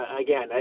again